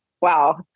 Wow